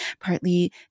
Partly